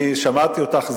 אני שמעתי אותך,